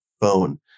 phone